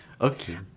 Okay